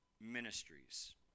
ministries